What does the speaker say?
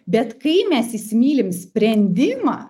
bet kai mes įsimylim sprendimą